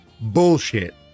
Bullshit